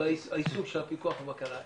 של הפיקוח והבקרה.